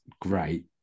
great